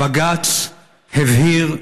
בג"ץ הבהיר,